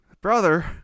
brother